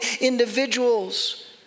individuals